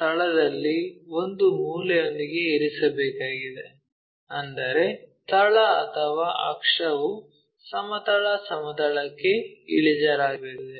ತಳದಲ್ಲಿ ಒಂದು ಮೂಲೆಯೊಂದಿಗೆ ಇರಿಸಬೇಕಾಗಿದೆ ಅಂದರೆ ತಳ ಅಥವಾ ಅಕ್ಷವು ಸಮತಲ ಸಮತಲಕ್ಕೆ ಇಳಿಜಾರಾಗಿರುತ್ತದೆ